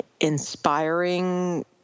inspiring